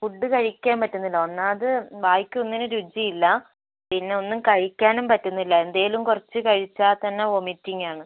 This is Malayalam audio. ഫുഡ് കഴിക്കാൻ പറ്റുന്നില്ല ഒന്നാമത് വായ്ക്ക് ഒന്നിനും രുചി ഇല്ല പിന്നെ ഒന്നും കഴിക്കാനും പറ്റുന്നില്ല എന്തെങ്കിലും കുറച്ച് കഴിച്ചാൽ തന്നെ വോമിറ്റിംഗ് ആണ്